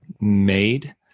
made